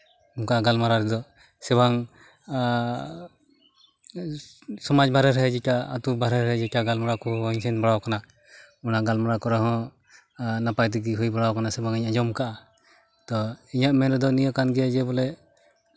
ᱚᱱᱠᱟᱱᱟᱜ ᱜᱟᱞᱢᱟᱨᱟᱣ ᱨᱮᱫᱚ ᱥᱮ ᱵᱟᱝ ᱥᱚᱢᱟᱡᱽ ᱵᱟᱨᱦᱮ ᱨᱮ ᱡᱮᱴᱟ ᱟᱹᱛᱩ ᱵᱟᱨᱦᱮ ᱨᱮ ᱡᱮᱴᱟ ᱜᱟᱞᱢᱟᱨᱟᱣ ᱠᱚ ᱦᱚᱸᱧ ᱥᱮᱱ ᱵᱟᱲᱟᱣ ᱠᱟᱱᱟ ᱚᱱᱟ ᱜᱟᱞᱢᱟᱨᱟᱣ ᱠᱚᱨᱮ ᱦᱚᱸ ᱱᱟᱯᱟᱭ ᱛᱮᱜᱮ ᱦᱩᱭ ᱵᱟᱲᱟᱣ ᱠᱟᱱᱟ ᱥᱮ ᱵᱟᱝ ᱤᱧ ᱟᱸᱡᱚᱢ ᱟᱠᱟᱫᱼᱟ ᱛᱚ ᱤᱧᱟᱹᱜ ᱢᱮᱱ ᱨᱮᱫᱚ ᱱᱤᱭᱟᱹ ᱠᱟᱱ ᱜᱮᱭᱟ ᱡᱮ ᱵᱚᱞᱮ